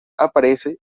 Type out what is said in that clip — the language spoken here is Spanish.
aparece